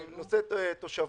לגבי נושא התושבות,